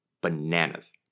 bananas